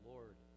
Lord